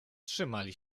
trzymali